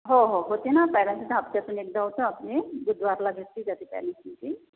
हो हो होते ना पेरेंट्स आता हफ्त्यातून एकदा होतो आपली बुधवारला घेतली जाते पेरेंट्स मीटिंग